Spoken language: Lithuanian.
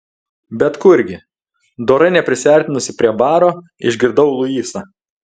bet kurgi dorai neprisiartinusi prie baro išgirdau luisą